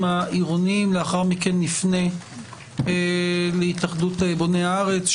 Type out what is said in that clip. העירוניים; לאחר מכן נפנה להתאחדות בוני הארץ,